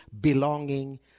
belonging